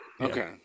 Okay